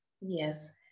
Yes